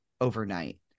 overnight